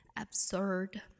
absurd